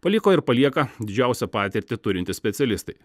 paliko ir palieka didžiausią patirtį turintys specialistai